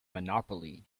monopoly